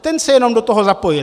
Ten se jenom do toho zapojil.